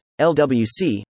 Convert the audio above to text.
LWC